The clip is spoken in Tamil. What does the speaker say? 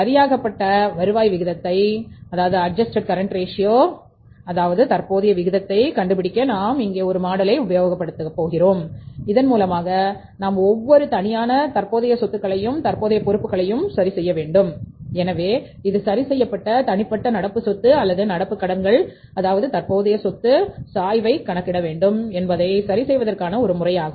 சரியாக பட்ட வருவாய் விகிதத்தை அதாவது தற்போதைய விகிதத்தை கண்டுபிடிக்க நான் இங்கே ஒரு மாடலை உபயோக படுத்துகிறேன் இதன் மூலமாக நாம் ஒவ்வொரு தனியான தற்போதைய சொத்துக்களையும் தற்போதைய பொறுப்புகளையும் சரி செய்ய வேண்டும் எனவேஇது சரிசெய்யப்பட்ட தனிப்பட்ட நடப்பு சொத்து அல்லது நடப்புக் கடன்கள் அதாவது தற்போதைய சொத்து சாய்வைக் கணக்கிட வேண்டும் என்பதை சரிசெய்வதற்கான ஒரு முறையாகும்